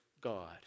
God